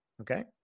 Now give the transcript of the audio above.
Okay